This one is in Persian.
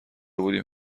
بودیم